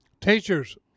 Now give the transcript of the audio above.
Teachers